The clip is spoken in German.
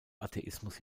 atheismus